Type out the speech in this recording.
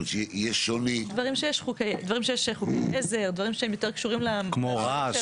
יש חוקי עזר ודברים שיותר קשורים לרשות.